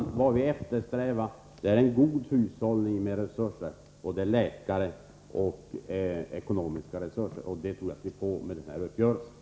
Herr talman! Vad vi eftersträvar är en god hushållning med resurser — både läkarresurser och ekonomiska resurser. Och jag tror att vi får det med den här uppgörelsen.